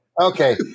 Okay